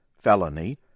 felony